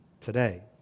today